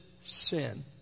sin